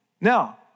Now